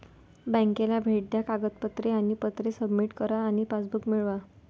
बँकेला भेट द्या कागदपत्रे आणि पत्रे सबमिट करा आणि पासबुक मिळवा